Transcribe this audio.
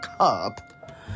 cup